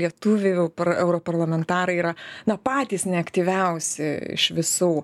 lietuvių europarlamentarai yra na patys neaktyviausi iš visų